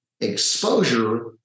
exposure